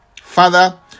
Father